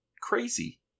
crazy